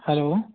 hello